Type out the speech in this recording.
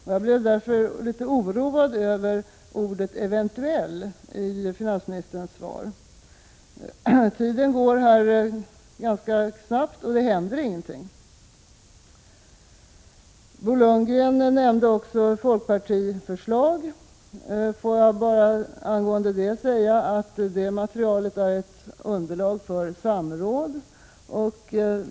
Därför blev jag litet oroad över ordet ”eventuellt” — finansministern talade ju i sitt svar om ett eventuellt utredningsarbete. Tiden går, och det händer ingenting. Bo Lundgren nämnde i sin interpellation ett folkpartiförslag. Låt mig angående detta säga att det materialet är ett underlag för samråd.